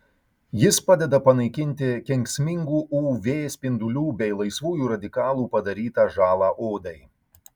jis padeda panaikinti kenksmingų uv spindulių bei laisvųjų radikalų padarytą žalą odai